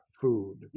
food